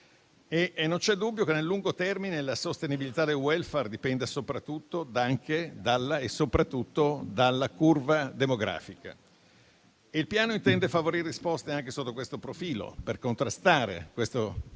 Non c'è dubbio che, nel lungo termine, la sostenibilità del *welfare* dipenda, anche e soprattutto, dalla curva demografica. Il piano intende favorire risposte anche sotto questo profilo, per contrastare il terribile